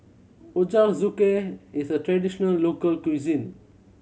ochazuke is a traditional local cuisine